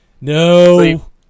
No